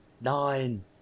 Nine